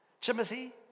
Timothy